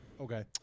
Okay